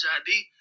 ID